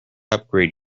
upgrade